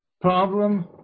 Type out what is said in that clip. problem